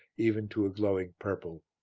even to a glowing purple.